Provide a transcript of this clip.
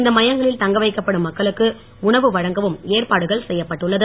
இந்த மையங்களில் தங்க வைக்கப்படும் மக்களுக்கு உணவு வழங்கவும் ஏற்பாடுகள் செய்யப்பட்டுள்ளது